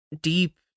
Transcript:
deep